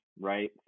right